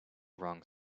wrong